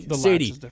Sadie